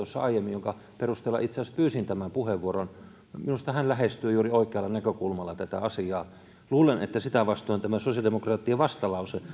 jonka perusteella itse asiassa pyysin tämän puheenvuoron minusta hän lähestyi juuri oikealla näkökulmalla tätä asiaa luulen että sitä vastoin tämä sosiaalidemokraattien vastalause